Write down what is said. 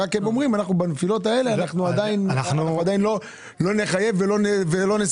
הם אומרים שהם בנפילות האלה עדיין לא יחייבו ולא יסמנו.